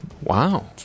Wow